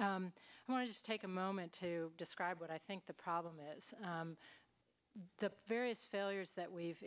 i want to take a moment to describe what i think the problem is the various failures that we've